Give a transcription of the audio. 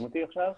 שלום.